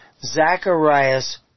Zacharias